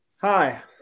Hi